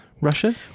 Russia